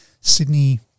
Sydney